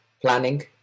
planning